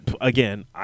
again